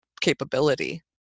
capability